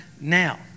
now